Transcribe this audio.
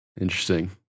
interesting